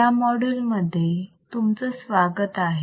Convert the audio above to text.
या माॅड्यूल मध्ये तुमचं स्वागत आहे